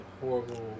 horrible